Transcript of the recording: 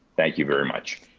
thank you very much.